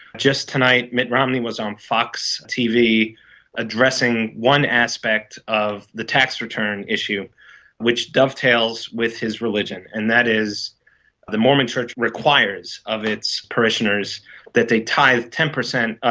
just tonight, mitt romney was on um fox tv addressing one aspect of the tax return issue which dovetails with his religion. and that is the mormon church requires of its parishioners that they tithe ten per cent,